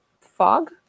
fog